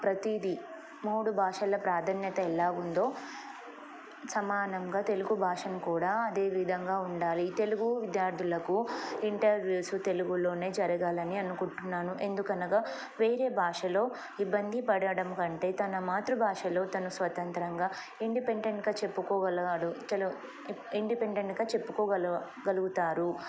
ప్రతీదీ మూడు భాషల ప్రాధాన్యత ఎలా ఉందో సమానంగా తెలుగు భాషను కూడా అదేవిధంగా ఉండాలి తెలుగు విద్యార్థులకు ఇంటర్వ్యూస్ తెలుగులోనే జరగాలని అనుకుంటున్నాను ఎందుకనగా వేరే భాషలో ఇబ్బంది పడడం కంటే తన మాతృభాషలో తను స్వతంత్రంగా ఇండిపెండెంట్గా చెప్పుకోగలడుల ఇండిపెండెంట్గా చెప్పుకోగలగలుగుతారు